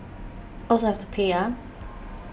also have to pay ah